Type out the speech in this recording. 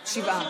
שבעה.